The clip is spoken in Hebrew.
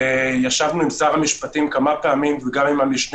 ישבנו עם שר המשפטים כמה פעמים וגם עם המשנה